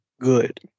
good